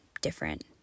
different